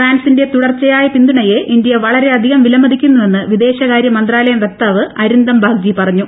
ഫ്രാൻസിന്റെ തുടർച്ചയായ പിന്തുണയെ ഇന്ത്യ വളരെയധികം വിലമതിക്കുന്നുവെന്ന് വിദേശകാരൃ മന്ത്രാലയം വക്താവ് അരിന്ദം ബാഗ്ചി പറഞ്ഞു